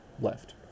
left